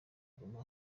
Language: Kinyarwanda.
guma